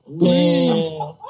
Please